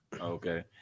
Okay